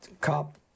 cop